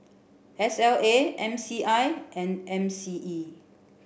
S L A M C I and M C E